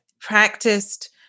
practiced